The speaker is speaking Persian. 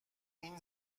این